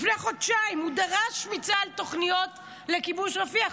לפני חודשיים הוא דרש מצה"ל תוכניות לכיבוש רפיח,